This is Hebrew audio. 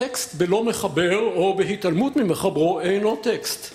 טקסט בלא מחבר או בהתעלמות ממחברו אינו טקסט